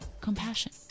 compassion